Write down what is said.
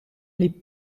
les